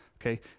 Okay